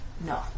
No